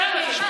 זה האתגר שלכם.